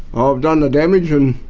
i've done the damage, and